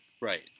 Right